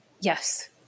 Yes